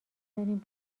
داریم